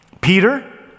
peter